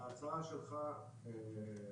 ההצעה שלך שבטיסה,